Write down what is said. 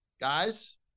Guys